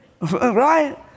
Right